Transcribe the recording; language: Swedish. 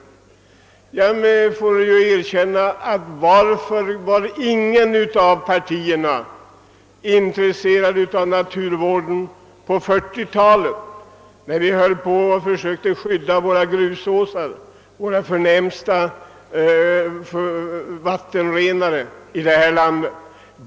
Varför var inget av partierna intresserat av naturvården på 1940-talet när vi försökte skydda våra grusåsar — våra förnämsta vattenrenare?